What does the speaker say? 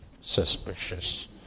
suspicious